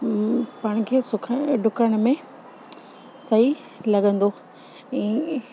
पाण खे सुखण डुकण में सई लॻंदो ईं